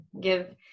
give